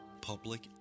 Public